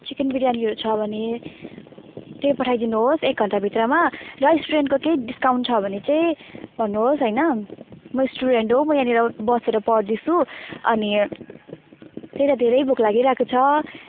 chicken बिरयानीहरू छ भने त्यही पठाइदिनुहोस् एक घन्टाभित्रमा र स्टुडेन्टको केही डिस्काउन्ट छ भने चाहिँ भन्नुहोस् हैन म स्टुडेन्ट हो म यहाँनिर बसेर पढ्दैछु अनि त्यही त धेरै भोक लागिरहे को छ